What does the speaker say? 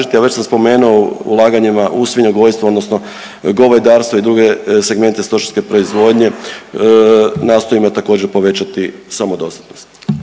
a već sam spomenuo ulaganjima u svinjogojstvo odnosno govedarstvo i druge segmente stočarske proizvodnje nastojimo također povećati samodostatnost.